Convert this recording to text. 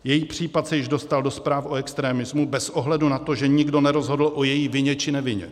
Její případ se už dostal do zpráv o extremismu bez ohledu na to, že nikdo nerozhodl o její vině, či nevině.